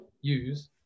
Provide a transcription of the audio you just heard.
use